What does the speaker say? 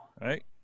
Right